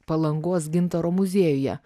palangos gintaro muziejuje